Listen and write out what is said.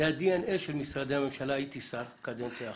זה ה-DNA של משרדי הממשלה, הייתי שר קדנציה אחת,